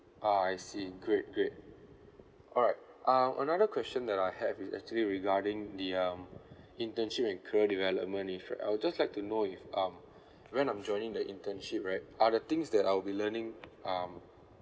ah I see great great alright um another question that I have is actually regarding the um internship and career development if I'd just like to know if um when I'm joining the internship right are the things that I'll be learning um